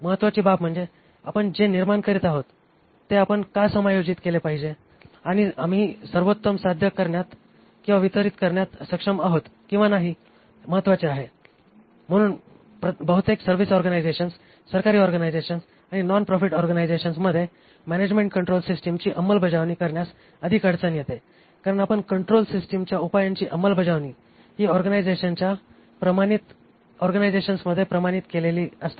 महत्त्वाची बाब म्हणजे आपण जे निर्माण करीत आहोत ते आपण का समायोजित केले पाहिजे आणि आम्ही सर्वोत्तम साध्य करण्यात किंवा वितरित करण्यास सक्षम आहोत किंवा नाही महत्वाचे आहे म्हणून बहुतेक सर्व्हिस ऑर्गनायझेशन्स सरकारी ऑर्गनायझेशन्स आणि नॉन प्रॉफिट ऑर्गनायझेशन्समध्ये मॅनॅजमेण्ट कंट्रोल सिस्टीमची अंमलबजावणी करण्यास अधिक अडचण येते कारण आपण कंट्रोल सिस्टीमच्या उपायांची अंमलबजावणी ही ऑर्गनायझेशन्समध्ये प्रमाणित केलेली असतात